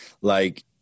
like-